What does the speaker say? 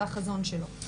זה החזון שלו.